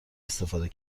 استفاده